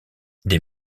des